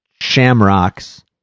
shamrocks